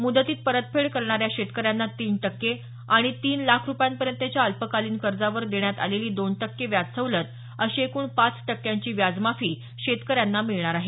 मुदतीत परतफेड करणाऱ्या शेतकऱ्यांना तीन टक्के आणि तीन लाख रूपयांपर्यंतच्या अल्पकालीन कर्जावर देण्यात आलेली दोन टक्के व्याज सवलत अशी एकूण पाच टक्क्यांची व्याजमाफी शेतकऱ्यांना मिळणार आहे